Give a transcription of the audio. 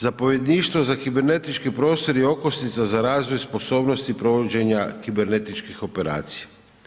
Zapovjedništvo za kibernetički prostor je okosnica za razvoj sposobnosti provođenja kibernetičkih operacija.